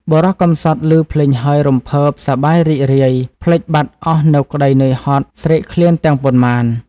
បុរសកំសត់លឺភ្លេងហើយ រំភើប សប្បាយរីករាយ ភ្លេចបាត់អស់នូវក្តីនឿយហត់ស្រេក ឃ្លានទាំងប៉ុន្មាន ។